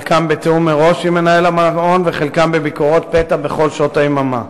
חלקן בתיאום מראש עם מנהל המעון וחלקן ביקורות פתע בכל שעות היממה.